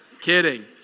Kidding